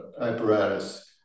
apparatus